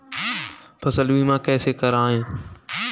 फसल बीमा कैसे कराएँ?